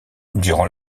durant